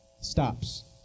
Stops